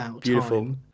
Beautiful